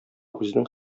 үзенең